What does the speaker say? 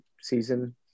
season